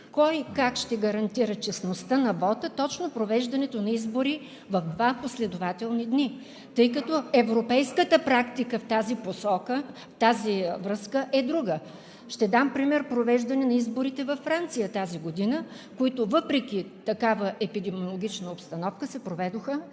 кой как ще гарантира честността на вота точно в провеждане на избори в два последователни дни, тъй като европейската практика в тази връзка е друга? Ще дам пример с провеждане на изборите във Франция тази година, които въпреки такава епидемиологична обстановка, се проведоха